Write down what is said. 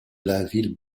blainville